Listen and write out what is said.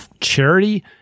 charity